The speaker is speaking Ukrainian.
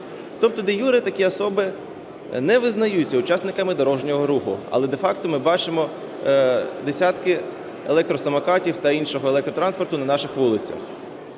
Тобто де-юре такі особи не визнаються учасниками дорожнього руху, але де-факто ми бачимо десятки електросамокатів та іншого електротранспорту на наших вулицях.